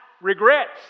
regrets